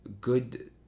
good